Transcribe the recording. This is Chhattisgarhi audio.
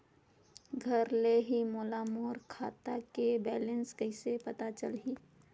घर ले ही मोला मोर खाता के बैलेंस कइसे पता चलही?